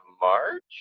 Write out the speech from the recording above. March